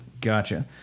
Gotcha